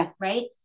right